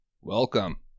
Welcome